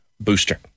booster